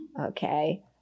Okay